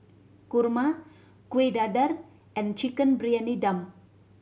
kurma Kuih Dadar and Chicken Briyani Dum